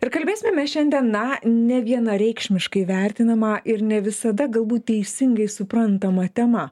ir kalbėsime mes šiandien na nevienareikšmiškai vertinama ir ne visada galbūt teisingai suprantama tema